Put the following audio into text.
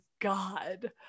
god